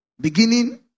Beginning